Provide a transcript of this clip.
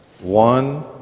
One